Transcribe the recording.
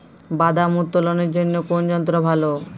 বাদাম উত্তোলনের জন্য কোন যন্ত্র ভালো?